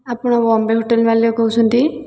ଆପଣ ବମ୍ବେ ହୋଟେଲ ଵାଲା କହୁଛନ୍ତି